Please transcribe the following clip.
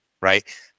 right